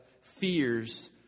fears